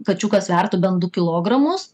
kačiukas svertų bent du kilogramus